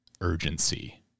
urgency